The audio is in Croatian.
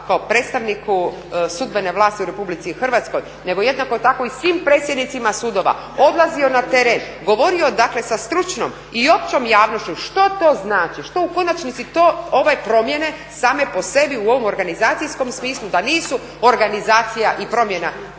kao predstavniku sudbene vlasti u Republici Hrvatskoj nego jednako tako i svim predsjednicima sudova, odlazio na teren, govorio dakle sa stručnom i općom javnošću što to znači, što u konačnici to ove promjene same po sebi u ovom organizacijskom smislu da nisu organizacija i promjena